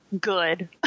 Good